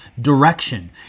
direction